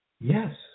Yes